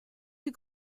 you